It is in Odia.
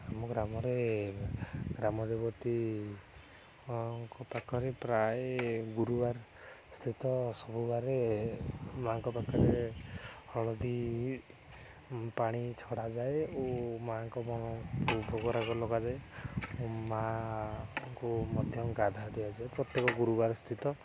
ଆମ ଗ୍ରାମରେ ଗ୍ରାମ ଦେବତୀଙ୍କ ପାଖରେ ପ୍ରାୟ ଗୁରୁବାର ସ୍ଥିତ ସବୁବାରରେ ମାଆଙ୍କ ପାଖରେ ହଳଦୀ ପାଣି ଛଡ଼ାଯାଏ ଓ ମାଆଙ୍କ ଭୋଗରାଗ ଲଗାଯାଏ ମାଆଙ୍କୁ ମଧ୍ୟ ଗାଧା ଦିଆଯାଏ ପ୍ରତ୍ୟେକ ଗୁରୁବାର ସ୍ଥିତ